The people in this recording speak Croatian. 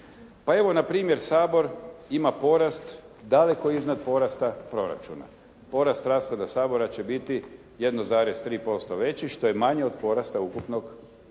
Pa evo npr. Sabor ima porast daleko iznad porasta proračuna. Porast rashoda Sabora će biti 1,3% veći što je manji od porasta ukupnog proračuna.